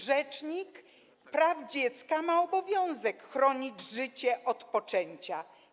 Rzecznik praw dziecka ma obowiązek chronić życie od poczęcia.